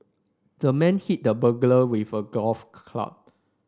the man hit the burglar with a golf club